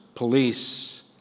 police